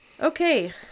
Okay